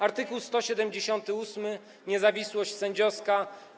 Art. 178 - niezawisłość sędziowska.